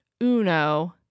Uno